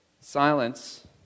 Silence